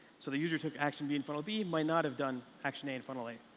so the user took action b in funnel b might not have done action a in funnel a.